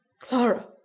Clara